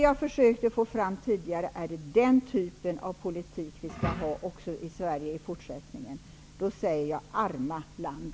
Jag försökte tidigare få fram om det är den typen av politik som vi skall ha i Sverige också i fortsättningen. I så fall säger jag: Arma land!